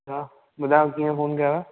हा ॿुधायो कीअं फ़ोन कयुव